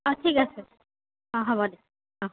অঁ ঠিক আছে অঁ হ'ব দে অঁ